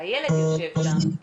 והילד יושב שם,